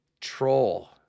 troll